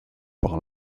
par